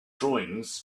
drawings